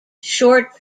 short